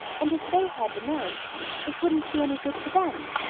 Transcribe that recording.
and if they had the night it wouldn't be any good to them.